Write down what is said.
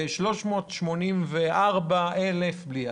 ו-384,000 בלי.